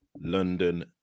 London